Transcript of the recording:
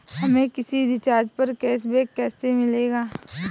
हमें किसी रिचार्ज पर कैशबैक कैसे मिलेगा?